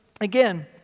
again